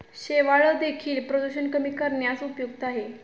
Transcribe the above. शेवाळं देखील प्रदूषण कमी करण्यास उपयुक्त आहे